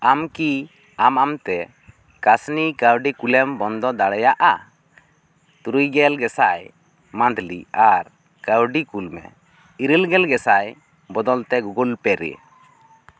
ᱟᱢ ᱠᱤ ᱟᱢ ᱟᱢᱛᱮ ᱠᱟᱥᱱᱤ ᱠᱟᱹᱣᱰᱤ ᱠᱩᱞᱮᱢ ᱵᱚᱱᱫᱚ ᱫᱟᱲᱮᱭᱟᱜᱼᱟ ᱛᱩᱨᱩᱭ ᱜᱮᱞ ᱜᱮᱥᱟᱭ ᱢᱟᱱᱫᱞᱤ ᱟᱨ ᱠᱟᱹᱣᱰᱤ ᱠᱩᱞ ᱡᱮ ᱤᱨᱟ ᱞ ᱜᱮᱞ ᱜᱮᱥᱟᱭ ᱵᱚᱫᱚᱞ ᱛᱮ ᱜᱩᱜᱩᱞ ᱞᱮ ᱨᱮ